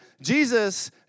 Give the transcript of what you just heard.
Jesus